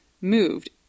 moved